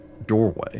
doorway